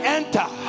enter